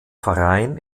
verein